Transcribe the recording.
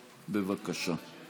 בבקשה.